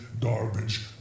garbage